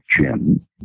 Jim